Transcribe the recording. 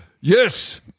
Yes